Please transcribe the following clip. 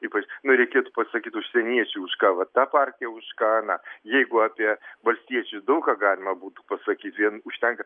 ypač nu reikėtų pasakyt užsieniečiui už ką va ta partija už ką ana jeigu apie valstiečius daug ką galima būtų pasakyt vien užtenka